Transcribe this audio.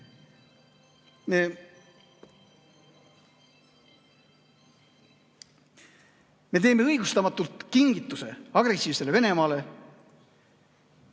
Me teeme õigustamatult kingituse agressiivsele Venemaale.